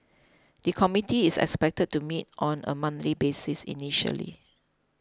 the committee is expected to meet on a monthly basis initially